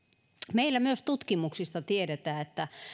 meillä myös tutkimuksista tiedetään että